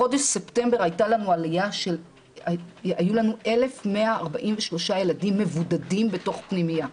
בחודש ספטמבר היו לנו 1,143 ילדים בתוך פנימייה.